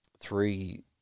three